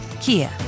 Kia